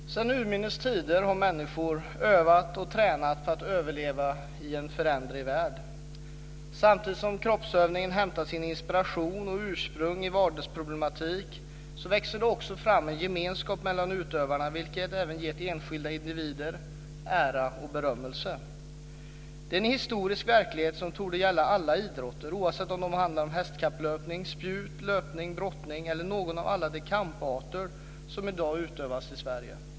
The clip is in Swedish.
Fru talman! Sedan urminnes tider har människor övat och tränat för att överleva i en föränderlig värld. Samtidigt som kroppsövningar hämtade sin inspiration och tog sitt ursprung i vardagsproblematiken växte det också fram en gemenskap mellan utövarna, vilken även gett enskilda individer ära och berömmelse. Detta är en historisk verklighet som torde gälla alla idrotter, oavsett om det handlar om hästkapplöpning, spjutkastning, löpning, brottning eller någon av alla de kamparter som i dag utövas i Sverige.